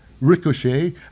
Ricochet